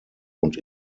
und